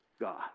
God